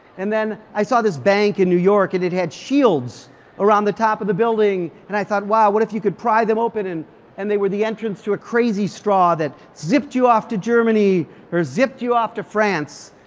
and then i saw this bank in new york and it had shields around the top of the building. and i thought wow, what if you could pry them open and and they were the entrance to a crazy straw that zipped you off to germany or zipped you off to france?